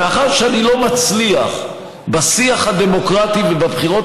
מאחר שאני לא מצליח בשיח הדמוקרטי ובבחירות